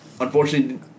Unfortunately